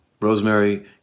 Rosemary